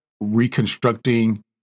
reconstructing